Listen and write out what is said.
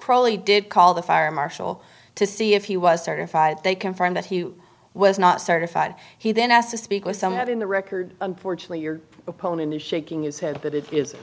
probably did call the fire marshal to see if he was certified they confirm that he was not certified he then asked to speak with some have in the record unfortunately your opponent is shaking his head but it is